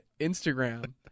Instagram